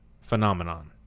phenomenon